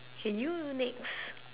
K you next